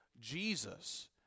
Jesus